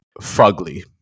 fugly